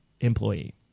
employee